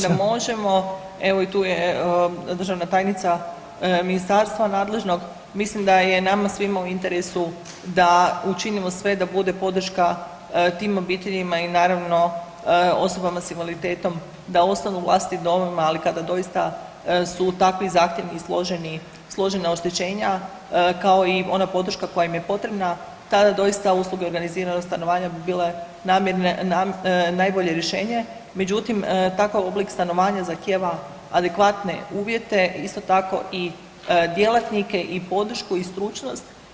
Pa mislim da možemo, evo i tu je državna tajnica ministarstva nadležnog, mislim da je nama svima u interesu da učinimo sve da bude podrška tim obiteljima i naravno osobama s invaliditetom da ostanu u vlastitim domovima ali kada doista su takvi zahtjevi i složeni, složena oštećenja kao i ona podrška koja im je potrebna tada doista usluge organiziranog stanovanja bi bile najbolje rješenje, međutim takav oblik stanovanja zahtjeva adekvatne uvjete isto tako i djelatnike i podršku i stručnost.